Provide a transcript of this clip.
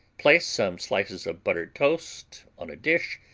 place some slices of buttered toast on a dish,